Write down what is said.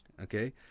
Okay